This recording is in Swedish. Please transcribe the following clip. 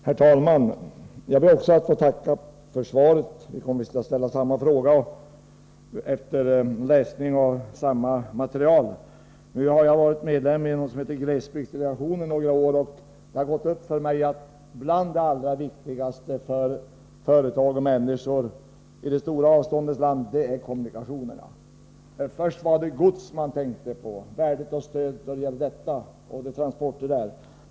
Herr talman! Jag ber också att få tacka för svaret och kommer efter läsning av detta material att ställa delvis samma fråga som Rune Ångström. Jag har varit medlem i någonting som heter glesbygdsdelegationen, och det har gått upp för mig att bland det allra viktigaste för företag och människor i de stora avståndens land är kommunikationerna. Först var det stödet till godstransporterna man tänkte på.